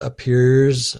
appears